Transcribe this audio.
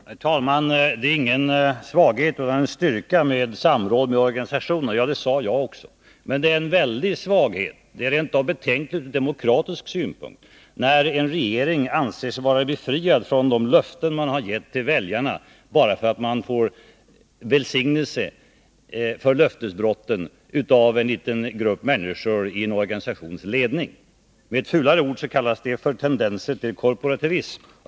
Herr talman! Det är ingen svaghet utan en styrka med samråd med organisationer, framhöll socialministern. Ja, det sade jag också. Men det är en stor svaghet, det är rent av betänkligt ur demokratisk synpunkt när en regering anser sig vara befriad från de löften man har gett till väljarna bara för att man får välsignelse för löftesbrotten av en liten grupp människor i en organisations ledning. Med ett fulare ord kallas det för tendenser till korporativism.